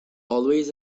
always